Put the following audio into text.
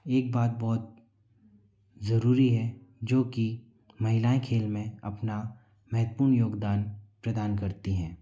एक बात बहुत ज़रूरी है जो की महिलाएँ खेल में अपना महत्वपूर्ण योगदान प्रदान करती हैं